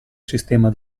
sistema